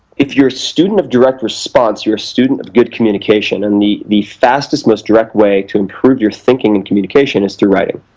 if you're a student of direct-response, you're a student of good communication, and the the fastest, most direct way to improve your thinking and communication is through writing.